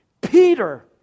Peter